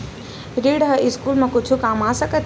ऋण ह स्कूल मा कुछु काम आ सकत हे?